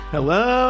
Hello